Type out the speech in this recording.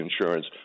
insurance